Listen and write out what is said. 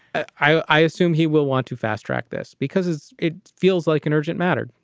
i assume he will want to fast track this because it feels like an urgent matter,